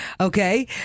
Okay